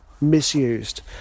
misused